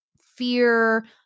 fear